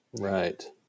Right